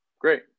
Great